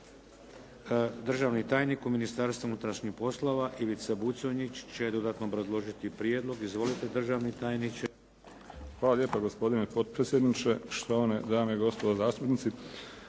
Hvala lijepa gospodine potpredsjedniče, štovane dame i gospodo zastupnici.